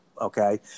Okay